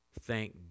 thank